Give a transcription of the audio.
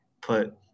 put